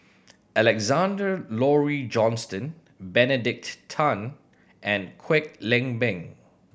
Alexander Laurie Johnston Benedict Tan and Kwek Leng Beng